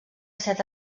set